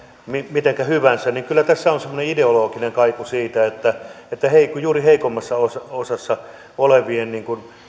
mitenkä hyvänsä tässä on kyllä semmoinen ideologinen kaiku että juuri heikommassa osassa olevien